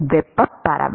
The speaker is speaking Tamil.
வெப்ப பரவல்